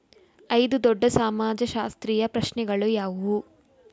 ಐದು ದೊಡ್ಡ ಸಮಾಜಶಾಸ್ತ್ರೀಯ ಪ್ರಶ್ನೆಗಳು ಯಾವುವು?